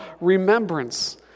remembrance